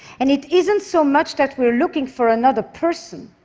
and it isn't so much that we're looking for another person,